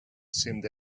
seemed